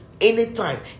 anytime